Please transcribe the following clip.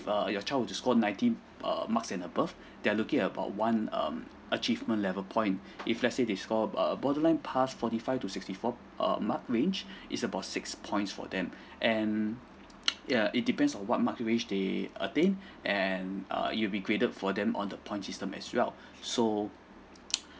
uh your child were to score ninety err marks and above they're looking about one um achievement level point if lets say they score err borderline pass forty five to sixty four um mark range is about six points for them and yeah it depends on what mark range they attained and err it'll be graded for them on the point system as well so